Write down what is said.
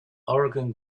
oregon